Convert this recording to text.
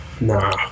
Nah